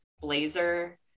blazer